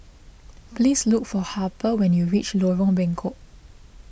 please look for Harper when you reach Lorong Bengkok